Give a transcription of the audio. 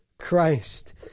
Christ